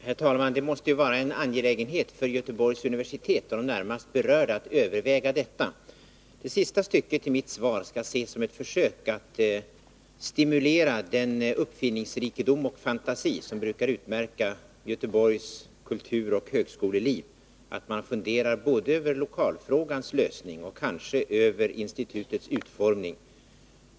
Herr talman! Det måste vara en angelägenhet för Göteborgs universitet och de närmast berörda att överväga detta. Det sista stycket i mitt svar skall ses som ett försök att stimulera den uppfinningsrikedom och fantasi som brukar utmärka Göteborgs kulturoch högskoleliv och att man funderar både över lokalfrågans lösning och kanske även över institutets utformning.